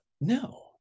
no